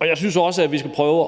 jeg synes også, at vi skal prøve